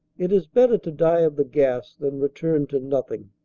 it is better to die of the gas than return to nothing.